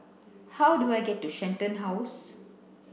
how do I get to Shenton House